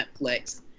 Netflix